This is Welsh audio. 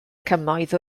cymoedd